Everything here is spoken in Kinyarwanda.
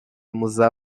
muza